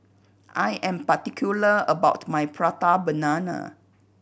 I am particular about my Prata Banana